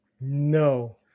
No